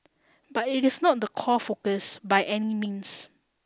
but it is not the core focus by any means